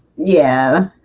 yeah,